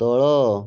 ତଳ